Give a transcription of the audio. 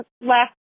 last